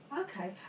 okay